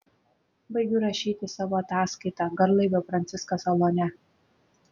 baigiu rašyti savo ataskaitą garlaivio franciskas salone